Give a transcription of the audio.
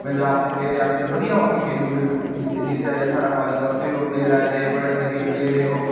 पंजाब दे प्लेयर हे आए दे हाॅकी दे बधिया हाॅकी खेलदे हे खेली उ'ने ते जित्थै साढ़े कालेज ऐ उत्थै बी ओह प्लेयर आए बड़े चंगे प्लेयर हे ओह्